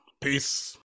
Peace